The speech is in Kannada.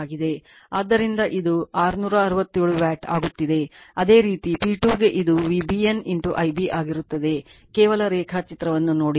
ಆದ್ದರಿಂದ ಇದು 667 ವ್ಯಾಟ್ ಆಗುತ್ತಿದೆ ಅದೇ ರೀತಿ P2 ಗೆ ಇದು VBN Ib ಆಗಿರುತ್ತದೆ ಕೇವಲ ರೇಖಾಚಿತ್ರವನ್ನು ನೋಡಿ